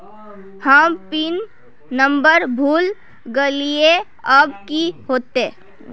हम pin number भूल गलिऐ अब की होते?